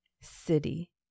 city